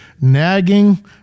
nagging